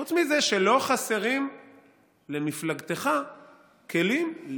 חוץ מזה שלא חסרים למפלגתך כלים,